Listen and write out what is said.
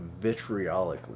vitriolically